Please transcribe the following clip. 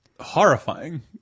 Horrifying